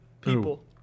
people